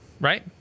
Right